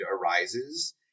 arises